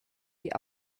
die